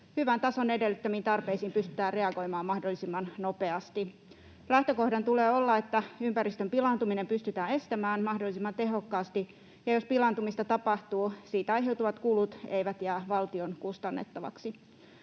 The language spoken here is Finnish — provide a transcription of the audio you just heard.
hyvän tason edellyttämiin tarpeisiin pystytään reagoimaan mahdollisimman nopeasti. Lähtökohdan tulee olla se, että ympäristön pilaantuminen pystytään estämään mahdollisimman tehokkaasti ja jos pilaantumista tapahtuu, siitä aiheutuvat kulut eivät jää valtion kustannettaviksi.